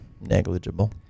Negligible